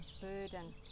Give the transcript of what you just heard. burden